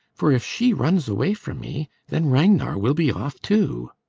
for if she runs away from me then ragnar will be off too.